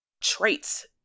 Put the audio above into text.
traits